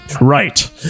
Right